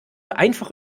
einfach